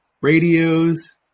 radios